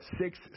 six